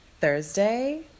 Thursday